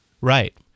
right